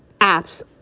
apps